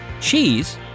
cheese